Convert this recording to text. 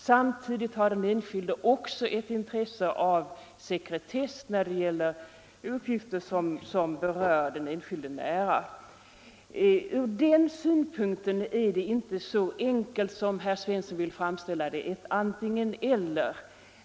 Samtidigt har den enskilde också ett intresse av sekretess när det gäller uppgifter som berör den enskilde nära. Från den synpunkten är det inte så enkelt som herr Svensson vill framställa det, ett antingen-eller.